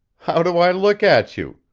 how do i look at you?